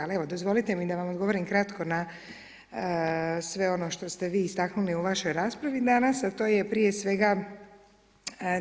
Ali, evo, dozvolite mi da vam odgovorim kratko na sve ono što ste vi istaknuli u vašoj raspravi danas, a to je prije svega,